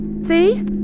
See